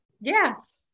Yes